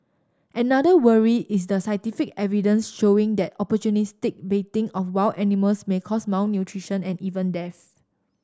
another worry is the scientific evidence showing that opportunistic baiting of wild animals may cause malnutrition and even death